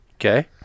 Okay